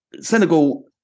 Senegal